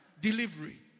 delivery